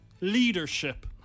Leadership